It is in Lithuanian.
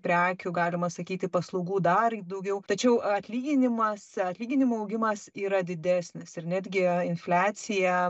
prekių galima sakyti paslaugų dar daugiau tačiau atlyginimas atlyginimų augimas yra didesnis ir netgi infliacija